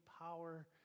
power